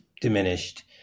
diminished